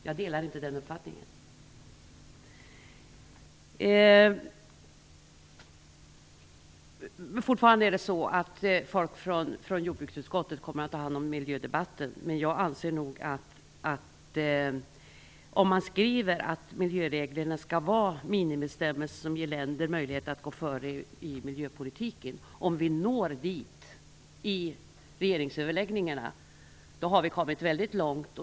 Jag delar inte den uppfattningen. Folk från jordbruksutskottet kommer som sagt att ta hand om miljödebatten. Men jag anser nog att om man skriver att miljöreglerna skall vara minimibestämmelser som ger länder möjlighet att gå före i miljöpolitiken och om man når dit i regeringsöverläggningarna - då har vi kommit mycket långt.